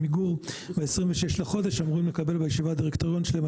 עמיגור ב-26 בחודש אמורים לקבל בישיבת הדירקטוריון שלהם,